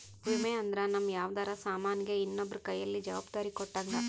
ವಿಮೆ ಅಂದ್ರ ನಮ್ ಯಾವ್ದರ ಸಾಮನ್ ಗೆ ಇನ್ನೊಬ್ರ ಕೈಯಲ್ಲಿ ಜವಾಬ್ದಾರಿ ಕೊಟ್ಟಂಗ